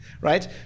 Right